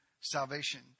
salvation